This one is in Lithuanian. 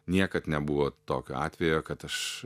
niekad nebuvo tokio atvejo kad aš